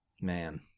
Man